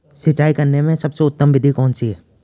सिंचाई करने में सबसे उत्तम विधि कौन सी है?